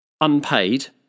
unpaid